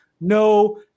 no